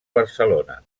barcelona